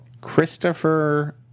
Christopher